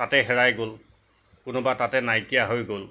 তাতে হেৰাই গ'ল কোনোবা তাতে নাইকিয়া হৈ গ'ল